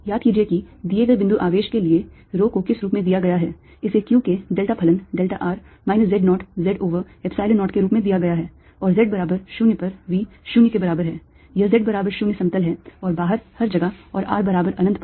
याद कीजिए कि दिए गए बिंदु आवेश के लिए के लिए rho को किस रूप में दिया गया है इसे q के delta फलन delta r minus z naught z over Epsilon 0 के रूप में दिया गया है और z बराबर 0 पर V 0 के बराबर है यह z बराबर 0 समतल है और बाहर हर जगह और r बराबर अनंत पर